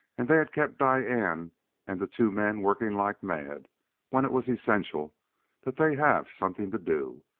and they had kept diane and the two men working like mad when it was essential that they have something to do,